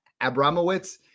Abramowitz